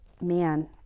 man